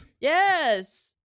Yes